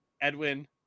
Edwin